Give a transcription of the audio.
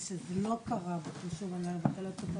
זה לא קרה לפני שנתיים.